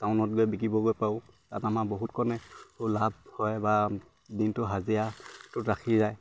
টাউনত গৈ বিকিবগৈ পাৰোঁ তাত আমাৰ বহুত কণে লাভ হয় বা দিনটো হাজিৰাটোত ৰাখি যায়